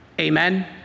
Amen